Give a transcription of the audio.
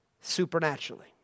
supernaturally